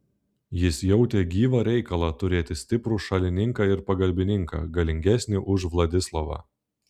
jis jautė gyvą reikalą turėti stiprų šalininką ir pagalbininką galingesnį už vladislovą